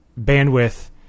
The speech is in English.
bandwidth